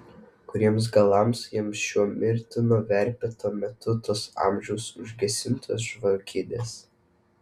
kuriems galams jam šiuo mirtino verpeto metu tos amžiams užgesintos žvakidės